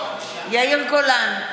יאיר גולן,